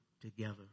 together